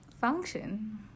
Function